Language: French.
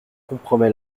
compromet